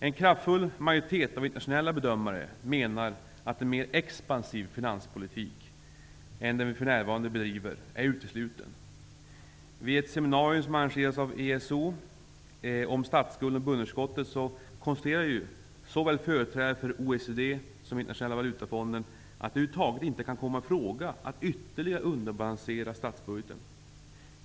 En kraftfull majoritet av internationella bedömare menar att en mer expansiv finanspolitik än den vi för närvarande bedriver är utesluten. Vid ett ESO-seminarium om statsskulden och budgetunderskottet konstaterade företrädare såväl för OECD som för Internationella valutafonden att det över huvud taget inte kan komma i fråga att ytterligare underbalansera statsbudgeten.